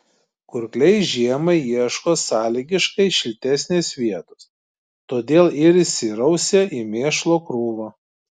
kurkliai žiemai ieško sąlygiškai šiltesnės vietos todėl ir įsirausia į mėšlo krūvą